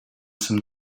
some